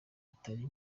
atari